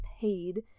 paid